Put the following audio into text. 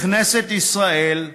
לכנסת ישראל,